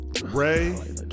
Ray